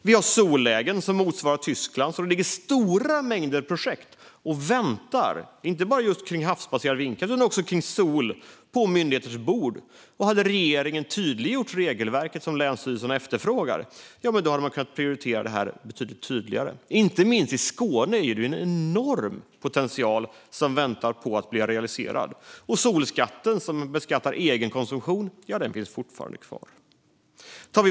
Vi har sollägen som motsvarar Tysklands, och det ligger mängder av projekt om solkraft och väntar på myndigheternas bord. Om regeringen hade tydliggjort regelverket, vilket länsstyrelserna efterfrågar, hade de kunnat prioritera detta tydligare. Inte minst i Skåne väntar en enorm potential på att realiseras. Och solskatten som beskattar egen konsumtion finns fortfarande kvar.